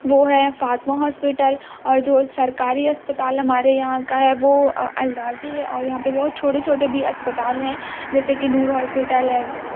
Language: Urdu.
وہ ہے فاطمہ ہاسپٹل اور جو سرکاری اسپتال ہمارے یہاں کا ہے وہ الراضی ہے اور یہاں پہ بہت چھوٹے چھوٹے بھی اسپتال ہیں جیسے کہ نور ہاسپٹل ہے